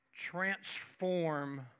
transform